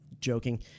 joking